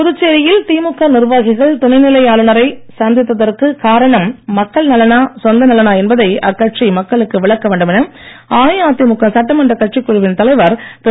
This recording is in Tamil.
புதுச்சேரியில் திமுக நிர்வாகிகள் துணைநிலை ஆளுனரை சந்தித்ததற்கு காரணம் மக்கள் நலனா சொந்த நலனா என்பதை அக்கட்சி மக்களுக்கு விளக்க வேண்டுமென அஇஅதிமுக சட்டமன்றக் கட்சிக் குழுவின் தலைவர் திரு